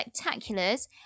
spectaculars